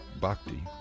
bhakti